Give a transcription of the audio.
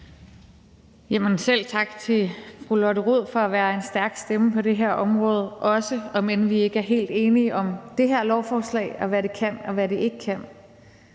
selv tak til fru Lotte Rod for at være en stærk stemme på det her område også, om end vi ikke er helt enige om det her lovforslag, i forhold til hvad det kan og ikke kan.